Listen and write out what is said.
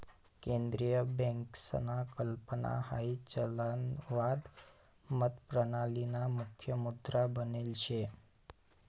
केंद्रीय बँकसना कल्पना हाई चलनवाद मतप्रणालीना मुख्य मुद्दा बनेल शे